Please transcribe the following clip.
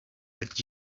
but